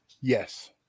yes